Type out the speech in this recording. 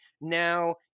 now